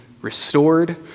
restored